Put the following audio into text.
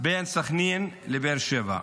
בין סח'נין לבאר שבע,